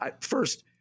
First